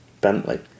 Bentley